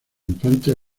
infante